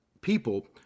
people